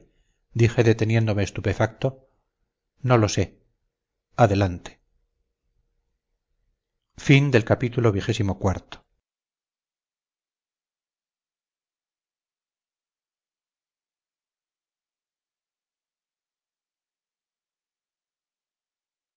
dije deteniéndome estupefacto no lo sé adelante